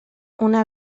una